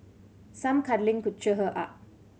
some cuddling could cheer her up